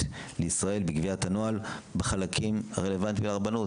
לישראל בקביעת הנוהל בחלקים הרלוונטיים לרבנות,